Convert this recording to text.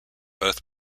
both